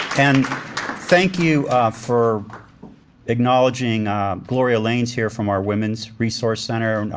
and thank you for acknowledging gloria lane is here from our women's resource center.